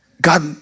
God